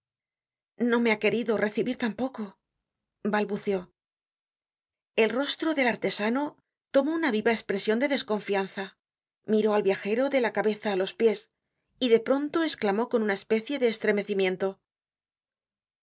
no me ha querido recibir tampoco balbuceó el rostro del artesano tomó una viva espresion de desconfianza miró al viajero de la cabeza á los piés y de pronto esclamó con una especie de estremecimiento ah